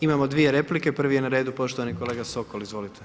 Imamo dvije replike, prvi je na redu poštovani kolega Sokol, izvolite.